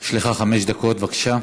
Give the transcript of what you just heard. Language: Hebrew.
יש לך חמש דקות, בבקשה.